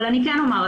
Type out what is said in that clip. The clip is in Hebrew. אבל אני כן אומר,